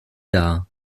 dar